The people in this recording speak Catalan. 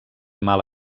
mal